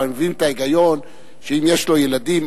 אבל אני מבין את ההיגיון אם יש לו ילדים.